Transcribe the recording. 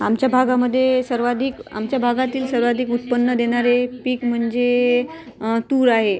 आमच्या भागामध्ये सर्वाधिक आमच्या भागातील सर्वाधिक उत्पन्न देणारे पीक म्हणजे तूर आहे